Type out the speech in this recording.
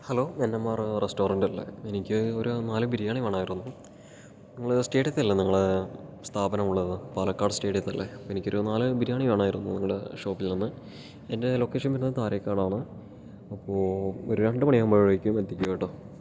hello വെണ്ണമ്മറോ റെസ്റ്റേറെൻ്റല്ലേ എനിക്ക് ഒരു നാല് ബിരിയാണി വേണമായിരുന്നു നിങ്ങള് സ്റ്റേഡിയത്തിലല്ലേ നിങ്ങളുടെ സ്ഥാപനം ഉള്ളത് പാലക്കാട് സ്റ്റേഡിയത്തിലല്ലേ അപ്പോൾ എനിക്ക് ഒരു നാല് ബിരിയാണി വേണമായിരുന്നു നിങ്ങളുടെ ഷോപ്പിൽ നിന്ന് എൻ്റെ ലൊക്കേഷൻ വന്നത് താരേകാടാണ് അപ്പോൾ ഒരു രണ്ട് മണിയാകുമ്പോഴേക്കും എത്തിക്കൂ കേട്ടോ